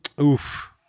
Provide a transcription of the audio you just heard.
Oof